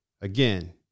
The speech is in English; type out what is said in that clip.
Again